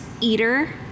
eater